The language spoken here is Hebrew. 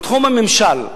בתחום הממשל,